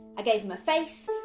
i gave him a face,